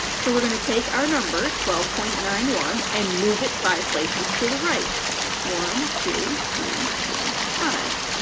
so we're going to take our number, twelve point nine one, and move it five places to the right one two three four five.